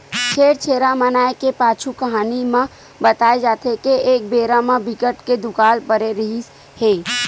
छेरछेरा मनाए के पाछू कहानी म बताए जाथे के एक बेरा म बिकट के दुकाल परे रिहिस हे